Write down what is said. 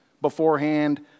beforehand